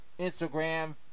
Instagram